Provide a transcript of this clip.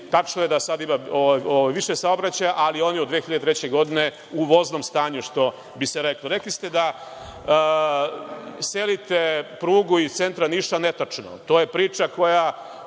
tačno je da sada ima više saobraćaja, ali on je od 2003. godine u voznom stanju, što bi se reklo. Rekli ste da selite prugu iz centra Niša. Netačno. To je priča koja